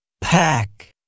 pack